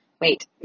wait